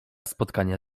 spotkania